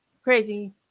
Crazy